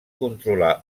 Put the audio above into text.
controlar